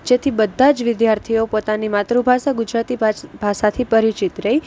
જેથી બધા જ વિધાર્થીઓ પોતાની માતૃભાષા ગુજરાતી ભાજા ભાષાથી પરિચિત રહે